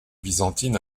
byzantine